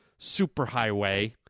superhighway